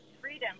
freedom